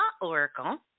Oracle